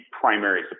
primary